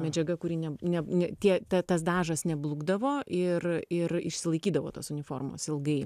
medžiaga kuri ne ne tie ta tas dažas neblukdavo ir ir išsilaikydavo tos uniformos ilgai